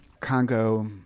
Congo